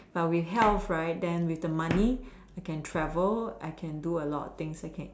but with health right then with the money I can travel I can do a lot of things I can